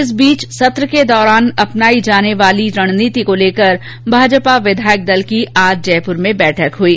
इस बीच सत्र के दौरान अपनाई जाने वाली रणनीति को लेकर भाजपा विधायक दल की आज जयपुर में बैठक हुई